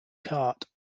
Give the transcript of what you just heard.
cart